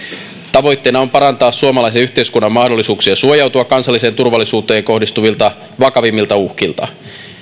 tavoitteena on parantaa suomalaisen yhteiskunnan mahdollisuuksia suojautua kansalliseen turvallisuuteen kohdistuvilta vakavimmilta uhkilta